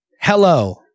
hello